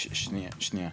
שנייה, שנייה.